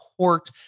court